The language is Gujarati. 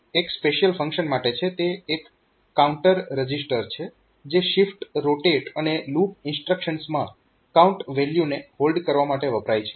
પછી CX એ એક સ્પેશિયલ ફંક્શન માટે છે તે એક કાઉન્ટ રજીસ્ટર છે જે શિફ્ટ રોટેટ અને લૂપ ઇન્સ્ટ્રક્શન્સમાં કાઉન્ટ વેલ્યુને હોલ્ડ કરવા માટે વપરાય છે